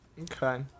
Okay